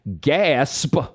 gasp